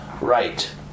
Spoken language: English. right